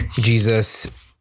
Jesus